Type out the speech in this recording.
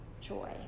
joy